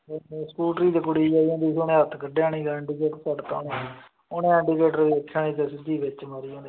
ਸਕੂਟਰੀ 'ਤੇ ਕੁੜੀ ਜਾਈ ਜਾਂਦੀ ਸੀ ਉਹਨੇ ਹੱਥ ਕੱਢਿਆ ਨਹੀਂ ਇੰਡੀਕੇਟਰ ਛੱਡ ਦਿੱਤਾ ਉਹਨੇ ਉਹਨੇ ਇੰਡੀਗੇਟਰ ਵੇਖਿਆ ਨਹੀ ਅਤੇ ਸਿੱਧੀ ਵਿੱਚ ਮਾਰੀ ਉਹਨੇ ਜੀ